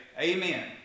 Amen